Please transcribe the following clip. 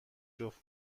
جفت